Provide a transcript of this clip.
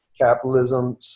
Capitalism